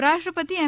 ઉપરાષ્ટ્રપતિ એમ